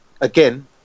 Again